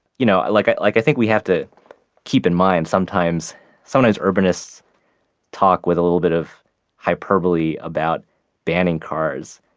you know i like i like think we have to keep in mind, sometimes sometimes urbanists talk with a little bit of hyperbole about banning cars,